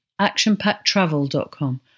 actionpacktravel.com